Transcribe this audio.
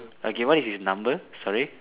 okay what is his number sorry